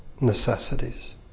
necessities